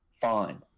Fine